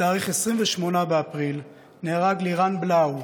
ב-28 באפריל נהרג לירן בלאו,